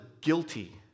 guilty